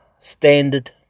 standard